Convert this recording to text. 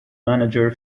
manager